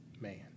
man